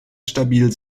stabil